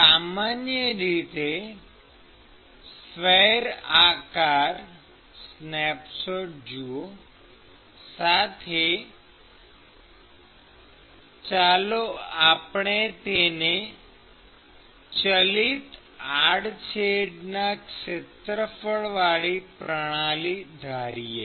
સામાન્ય સ્વૈર આકાર સ્નેપશોટ જુઓ સાથે ચાલો આપણે તેને ચલિત આડછેડના ક્ષેત્રફળવાળી પ્રણાલી ધારીએ